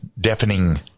deafening